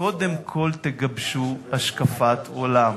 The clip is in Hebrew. קודם כול תגבשו השקפת עולם,